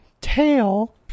tail